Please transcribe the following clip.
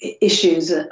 issues